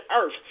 earth